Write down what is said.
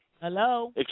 Hello